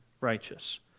righteous